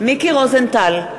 מיקי רוזנטל,